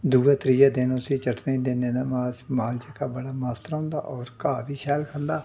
दुए त्रिये दिन उस्सी चट्टानै गी दिन्नें तां माल जेह्का बड़ा मस्त रौंह्दा और घा बी शैल खंदा